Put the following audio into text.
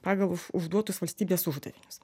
pagal užduotus valstybės uždavinius